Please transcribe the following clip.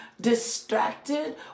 distracted